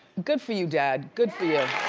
good for you, dad. good for you.